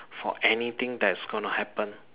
for anything that's gonna happen